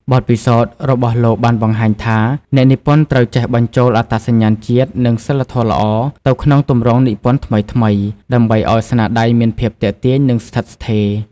បទពិសោធន៍របស់លោកបានបង្ហាញថា អ្នកនិពន្ធត្រូវចេះបញ្ចូលអត្តសញ្ញាណជាតិ និងសីលធម៌ល្អ ទៅក្នុងទម្រង់និពន្ធថ្មីៗ ដើម្បីឲ្យស្នាដៃមានភាពទាក់ទាញ និងស្ថិតស្ថេរ។